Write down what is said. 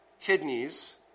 kidneys